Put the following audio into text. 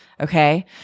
Okay